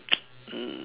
mm